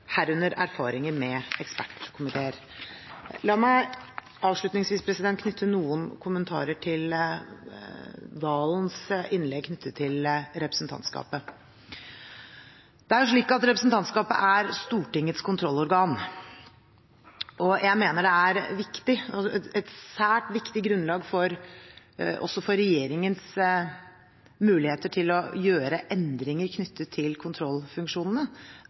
herunder erfaringer med ekspertkomiteer. La meg avslutningsvis knytte noen kommentarer til Serigstad Valens innlegg knyttet til representantskapet i Norges Bank. Det er slik at representantskapet er Stortingets kontrollorgan, og jeg mener det er et svært viktig grunnlag også for regjeringens muligheter til å gjøre endringer knyttet til kontrollfunksjonene